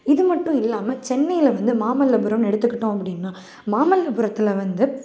இது மட்டும் இல்லாமல் சென்னையில் வந்து மாமல்லபுரம் எடுத்துக்கிட்டோம் அப்படின்னா மாமல்லபுரத்தில் வந்து